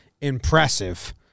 Impressive